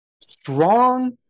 strong